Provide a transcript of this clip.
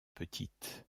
petites